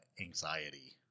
anxiety